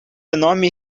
enorme